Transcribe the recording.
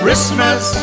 Christmas